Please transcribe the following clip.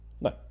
No